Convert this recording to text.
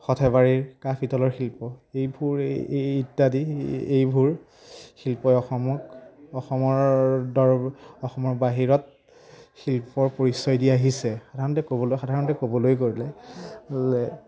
সৰ্থেবাৰীৰ কাঁহ পিতলৰ শিল্প এইবোৰ এই এই ইত্যাদি এইবোৰ শিল্পই অসমক অসমৰ অসমৰ বাহিৰত শিল্পৰ পৰিচয় দি আহিছে সাধাৰণতে ক'বলৈ সাধাৰণতে ক'বলৈ গ'লে